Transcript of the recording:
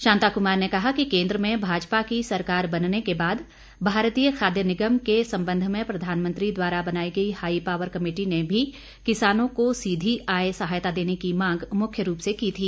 शांता कुमार ने कहा कि केन्द्र में भाजपा की सरकार बनने के बाद भारतीय खाद्य निगम के संबंध में प्रधानमंत्री द्वारा बनाई गई हाई पावर कमेटी ने भी किसानों को सीधी आय सहायता देने की मांग मुख्य रूप से की थी